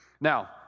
Now